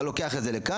אתה לוקח את זה לכאן?